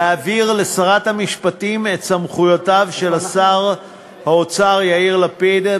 להעביר לשרת המשפטים את סמכויותיו של שר האוצר יאיר לפיד,